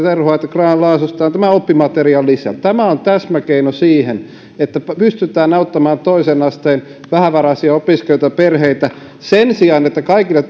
grahn laasosta on tämä oppimateriaalilisä tämä on täsmäkeino siihen että pystytään auttamaan toisen asteen vähävaraisia opiskelijoita perheitä sen sijaan että kaikille